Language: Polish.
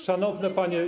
Szanowne Panie!